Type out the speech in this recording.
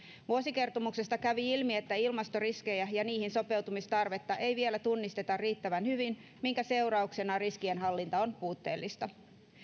vuosikertomuksesta kävi ilmi että ilmastoriskejä ja niihin sopeutumisen tarvetta ei vielä tunnisteta riittävän hyvin minkä seurauksena riskien hallinta on puutteellista